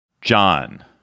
John